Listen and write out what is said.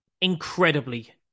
incredibly